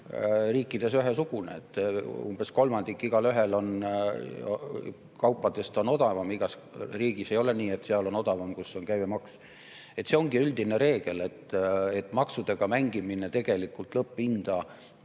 riikides ühesugused: umbes kolmandik kaupadest on odavam igas riigis. Ei ole nii, et seal on odavam, kus on käibemaks [madalam]. See ongi üldine reegel, et maksudega mängimine tegelikult lõpphinda